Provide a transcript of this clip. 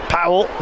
Powell